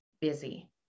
Busy